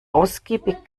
ausgiebig